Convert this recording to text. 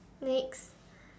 next